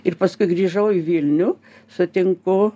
ir paskui grįžau į vilnių sutinku